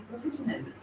professionally